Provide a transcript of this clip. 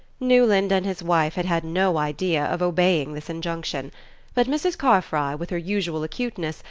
newland and his wife had had no idea of obeying this injunction but mrs. carfry, with her usual acuteness,